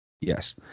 Yes